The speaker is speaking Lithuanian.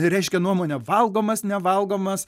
reiškia nuomonę valgomas nevalgomas